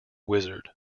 wizard